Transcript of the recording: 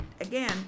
again